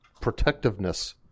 protectiveness